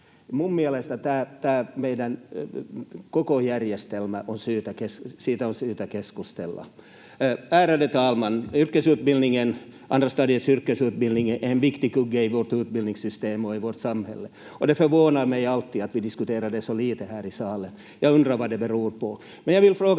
Mielestäni tästä meidän koko järjestelmästä on syytä keskustella. Ärade talman! Andra stadiets yrkesutbildning är en viktig kugge i vårt utbildningssystem och i vårt samhälle och det förvånar mig alltid att vi diskuterar det så lite här i salen. Jag undrar vad det beror på.